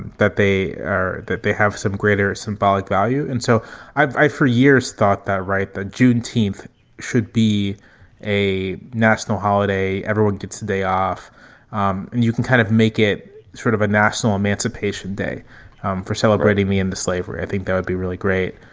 that they are that they have some greater symbolic value. and so i for years thought that. right. the juneteenth should be a national holiday everyone gets a day off um and you can kind of make it sort of a national emancipation day um for celebrating me into slavery. i think that would be really great.